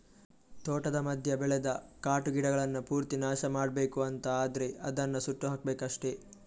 ತೋಟದ ಮಧ್ಯ ಬೆಳೆದ ಕಾಟು ಗಿಡಗಳನ್ನ ಪೂರ್ತಿ ನಾಶ ಮಾಡ್ಬೇಕು ಅಂತ ಆದ್ರೆ ಅದನ್ನ ಸುಟ್ಟು ಹಾಕ್ಬೇಕಷ್ಟೆ